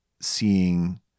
seeing